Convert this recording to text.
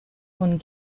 von